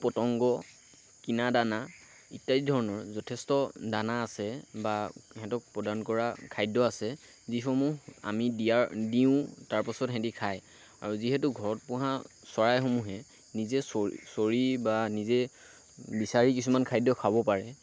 পতংগ কিনা দানা ইত্যাদি ধৰণৰ যথেষ্ট দানা আছে বা সিঁহতক প্ৰদান কৰা খাদ্য আছে যিসমূহ আমি দিয়াৰ দিওঁ তাৰপিছত সিঁহতি খায় আৰু যিহেতু ঘৰত পোহা চৰাইসমূহে নিজে চৰি বা নিজে বিচাৰি কিছুমান খাদ্য খাব পাৰে